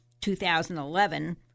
2011